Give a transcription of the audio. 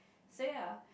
so ya